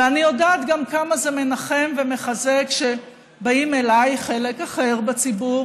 ואני יודעת גם כמה זה מנחם ומחזק כשבאים אליי חלק אחר בציבור